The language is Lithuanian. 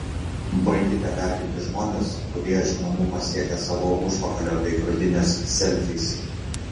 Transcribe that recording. baikite garbinti žmones kurie žinomumo siekia savo užpakalio bei krūtinės selfiais